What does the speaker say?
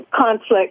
conflict